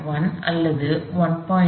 1 அல்லது 1